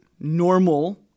normal